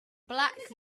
black